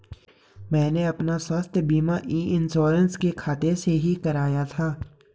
मैंने अपना स्वास्थ्य बीमा ई इन्श्योरेन्स के खाते से ही कराया था